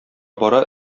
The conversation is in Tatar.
бара